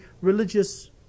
religious